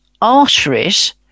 arteries